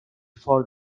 for